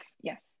Yes